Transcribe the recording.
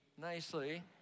nicely